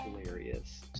hilarious